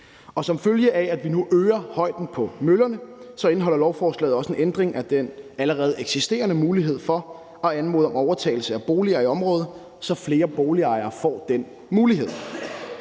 Som følge af at vi nu øger højden på møllerne, indeholder lovforslaget også en ændring af den allerede eksisterende mulighed for at anmode om overtagelse af boliger i området, så flere boligejere får den mulighed.